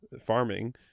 farming